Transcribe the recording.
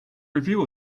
review